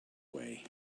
way